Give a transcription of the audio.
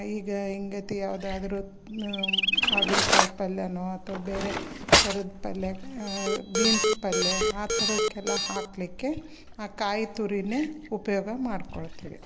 ಈಗ ಇಂಗತಿ ಯಾವುದಾದ್ರೂ ಹಾಗಲ್ಕಾಯ್ ಪಲ್ಯವೋ ಅಥ್ವಾ ಬೇರೆ ಥರದ ಪಲ್ಯ ಬೀನ್ಸ್ ಪಲ್ಯ ಆ ಥರಕ್ಕೆಲ್ಲ ಹಾಕಲಿಕ್ಕೆ ಆ ಕಾಯಿ ತುರಿನೇ ಉಪಯೋಗ ಮಾಡಿಕೊಳ್ತೀವಿ